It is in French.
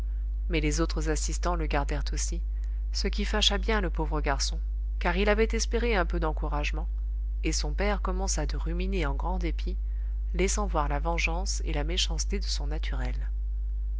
mais les autres assistants le gardèrent aussi ce qui fâcha bien le pauvre garçon car il avait espéré un peu d'encouragement et son père commença de ruminer en grand dépit laissant voir la vengeance et la méchanceté de son naturel